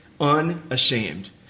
unashamed